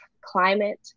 climate